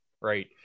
right